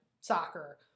soccer